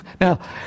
Now